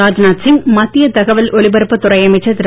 ராஜ்நாத் சிங் மத்திய தகவல் ஒலிபரப்புத் துறை அமைச்சர் திரு